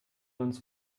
uns